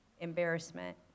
Embarrassment